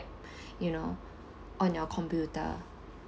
you know on your computer